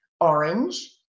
orange